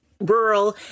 rural